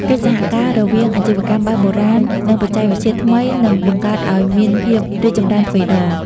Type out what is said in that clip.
កិច្ចសហការរវាងអាជីវកម្មបែបបុរាណ និងបច្ចេកវិទ្យាថ្មីនឹងបង្កើតឱ្យមានភាពរីកចម្រើនទ្វេដង។